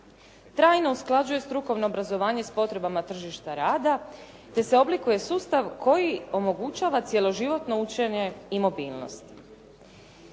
trajno usklađuje strukovno obrazovanje s potrebama tržišta rada, te se oblikuje sustav koji omogućava cjeloživotno učenje i mobilnost."